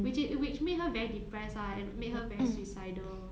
which it which made her very depressed ah and made her very suicidal